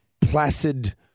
placid